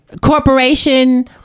Corporation